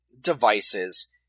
devices